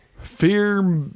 Fear